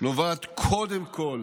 נובעת קודם כול